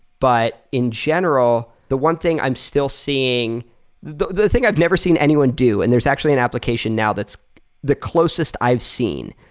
but in general, the one thing i'm still seeing the the thing i've never seen anyone do, and there's actually an application now that's the closest i've seen.